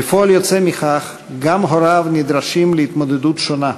כפועל יוצא מכך, גם הוריו נדרשים להתמודדות שונה,